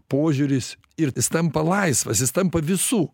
požiūris ir jis tampa laisvas jis tampa visų